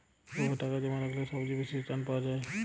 কিভাবে টাকা জমা রাখলে সবচেয়ে বেশি রির্টান পাওয়া য়ায়?